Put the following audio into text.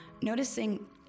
noticing